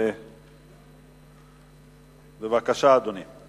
בבקשה, אדוני.